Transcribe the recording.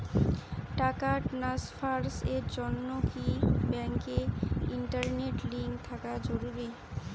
টাকা ট্রানস্ফারস এর জন্য কি ব্যাংকে ইন্টারনেট লিংঙ্ক থাকা জরুরি?